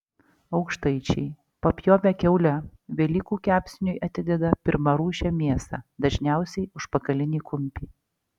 aukštaičiai papjovę kiaulę velykų kepsniui atideda pirmarūšę mėsą dažniausiai užpakalinį kumpį